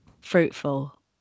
fruitful